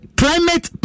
climate